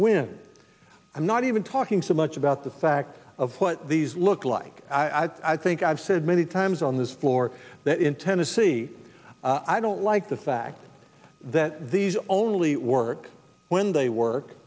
when i'm not even talking so much about the fact of what these look like i think i've said many times on this floor that in tennessee i don't like the fact that these only work when they work